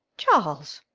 charles!